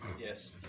Yes